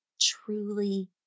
truly